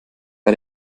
bei